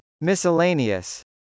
Miscellaneous